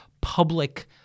public